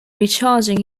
recharging